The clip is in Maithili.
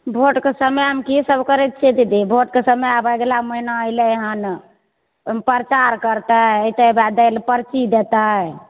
वोटके समयमे की सभ करय छियै दीदी वोटके समय आब अगिला महीना एलय हन ओइमे प्रचार करतय एतय वएह दैलय पर्ची देतय